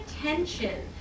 attention